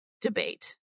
debate